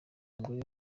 umugore